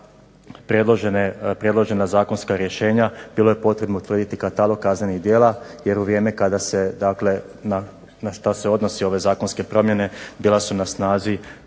predložena zakonska rješenja bilo je potrebno utvrditi katalog kaznenih djela jer u vrijeme kada se, na šta se odnose ove zakonske promjene bila su na snazi